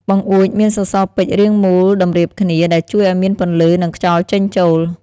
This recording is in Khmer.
បង្អួចមានសសរពេជ្ររាងមូលតម្រៀបគ្នា ដែលជួយឱ្យមានពន្លឺ និងខ្យល់ចេញចូល។